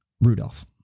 Rudolph